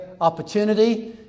opportunity